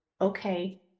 okay